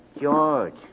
George